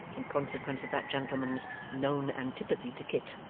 in consequence of that gentleman's known antipathy to kit.